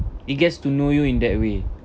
it gets to know you in that way